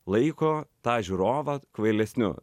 laiko tą žiūrovą kvailesniu